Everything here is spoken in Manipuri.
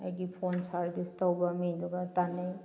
ꯑꯩꯒꯤ ꯐꯣꯟ ꯁꯥꯔꯚꯤꯁ ꯇꯧꯕ ꯃꯤꯗꯨꯒ ꯇꯥꯅꯩ